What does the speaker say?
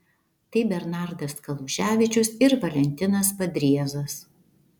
tai bernardas kaluževičius ir valentinas padriezas